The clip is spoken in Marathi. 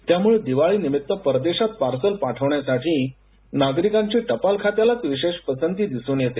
त्यामुळेदिवाळी निमित्त परदेशात पार्सल पाठविण्यासाठी नागरिकांची टपाल खात्याच विशेष पसंती दिसून येते